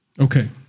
Okay